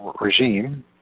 regime